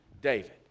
David